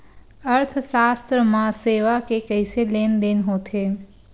अर्थशास्त्र मा सेवा के कइसे लेनदेन होथे?